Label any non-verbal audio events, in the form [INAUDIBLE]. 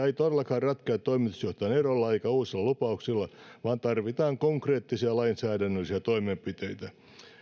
[UNINTELLIGIBLE] ei todellakaan ratkea toimitusjohtajan erolla eikä uusilla lupauksilla vaan tarvitaan konkreettisia lainsäädännöllisiä toimenpiteitä